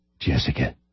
Jessica